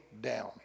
down